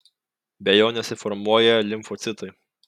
be jo nesiformuoja limfocitai